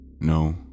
No